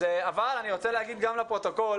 אני רוצה להגיד גם לפרוטוקול,